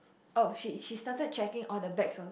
oh she she started checking all the bags of